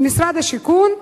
ממשרד השיכון: